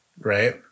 right